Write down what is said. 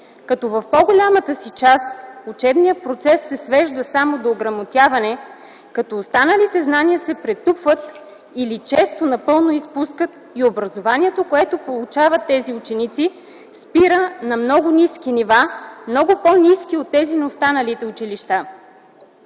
като в по-голямата си част учебният процес се свежда само до ограмотяване, като останалите знания се претупват или често напълно изпускат и образованието, което получават тези ученици, спира на много ниски нива, много по-ниски от тези на останалите училища.